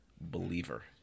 Believer